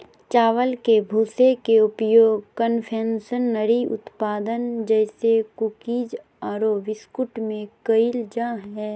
चावल के भूसी के उपयोग कन्फेक्शनरी उत्पाद जैसे कुकीज आरो बिस्कुट में कइल जा है